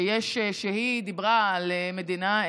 ודיברה על מדינה,